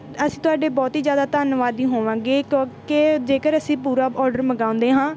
ਅਸੀਂ ਤੁਹਾਡੇ ਬਹੁਤ ਹੀ ਜ਼ਿਆਦਾ ਧੰਨਵਾਦੀ ਹੋਵਾਂਗੇ ਕਿਉਂਕਿ ਜੇਕਰ ਅਸੀਂ ਪੂਰਾ ਅੋਡਰ ਮੰਗਵਾਉਂਦੇ ਹਾਂ